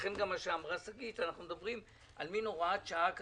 לכן גם מה שאמרה שגית אנחנו מדברים על מן הוראת שעה כזאת,